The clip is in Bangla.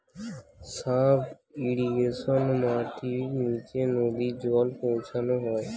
সাব ইরিগেশন মাটির নিচে নদী জল পৌঁছানো হয়